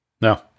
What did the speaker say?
No